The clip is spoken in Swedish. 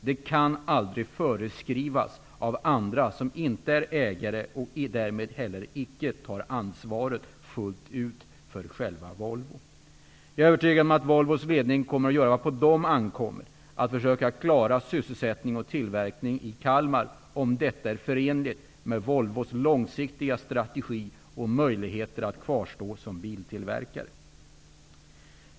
Det kan aldrig föreskrivas av andra som inte är ägare och som därmed heller icke tar ansvaret fullt ut för själva Volvo. Jag är övertygad om att Volvos ledning kommer att göra vad som på den ankommer -- dvs. att man försöker klara sysselsättningen och tillverkningen i Kalmar, om detta är förenligt med Volvos långsiktiga strategi och möjligheter att kvarstå som biltillverkare.